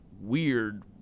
weird